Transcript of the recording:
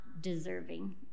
deserving